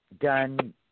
done